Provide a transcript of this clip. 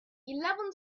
eleven